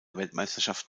weltmeisterschaft